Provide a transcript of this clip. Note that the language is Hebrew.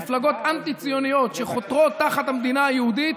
מפלגות אנטי-ציוניות שחותרות תחת המדינה היהודית,